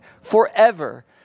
forever